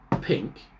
pink